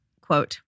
quote